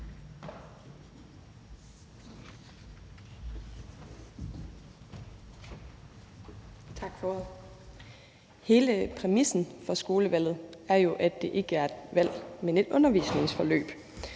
Tak for ordet. Hele præmissen for skolevalget er jo, at det ikke er et valg, men et undervisningsforløb.